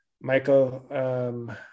Michael